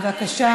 בבקשה,